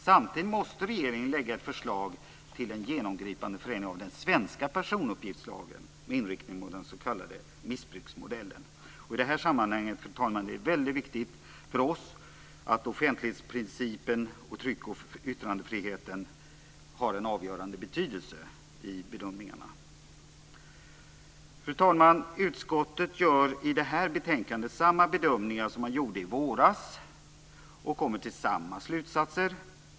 Samtidigt måste regeringen lägga fram ett förslag till en genomgripande förändring av den svenska personuppgiftslagen med inriktning mot den s.k. missbruksmodellen. I detta sammanhang, fru talman, är det väldigt viktigt för oss att offentlighetsprincipen och tryckoch yttrandefriheten har en avgörande betydelse i bedömningarna. Fru talman! Utskottet gör i det här betänkandet samma bedömningar som det gjorde i våras, och kommer till samma slutsatser.